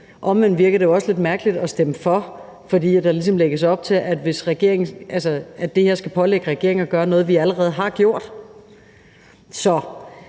og omvendt virker det jo også lidt mærkeligt at stemme for, fordi der ligesom lægges op til, at det, regeringen pålægges at gøre, er noget, vi allerede har gjort. Så